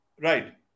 Right